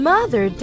Mother